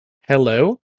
Hello